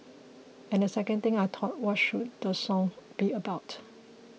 and the second thing I thought what should the song be about